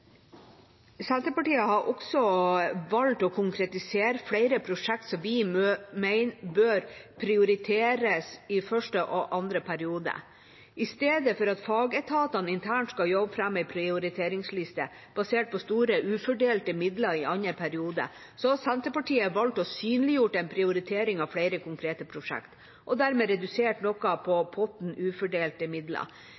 Senterpartiet har også valgt å konkretisere flere prosjekter som vi mener bør prioriteres i første og andre periode. I stedet for at fagetatene internt skal jobbe fram en prioriteringsliste basert på store ufordelte midler i andre periode, har Senterpartiet valgt å synliggjøre en prioritering av flere konkrete prosjekter og dermed redusert noe på